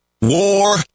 War